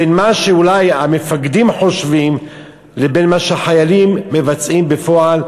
בין מה שאולי המפקדים חושבים לבין מה שהחיילים מבצעים בפועל.